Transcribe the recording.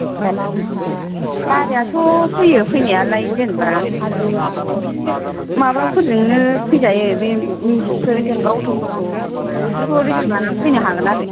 ए गारिआथ' फैयो फैनायालाय जेन'बा बे माफोरजोंनो फैजायो बे मेजिकफोर जेन'बा अट'फोरखौ बेफोरखौ रिजार्भ लानानै फैनो हायो आरो